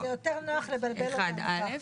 זה יותר נוח לבלבל אותנו ככה.